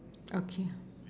okay